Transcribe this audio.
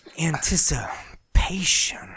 anticipation